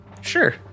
Sure